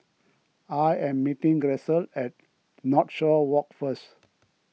I am meeting Grisel at Northshore Walk first